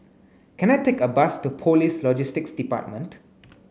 can I take a bus to Police Logistics Department